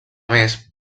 més